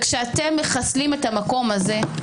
כשאתם מחסלים את המקום הזה,